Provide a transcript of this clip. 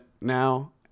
now